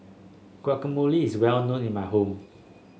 guacamole is well known in my home